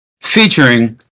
featuring